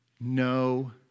no